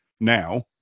now